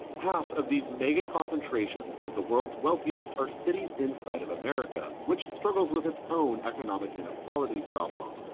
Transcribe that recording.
half of these mega-concentrations of the world's wealthiest are cities inside of america, which struggles with its own economic inequality problem.